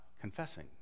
confessing